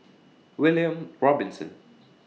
William Robinson